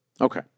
Okay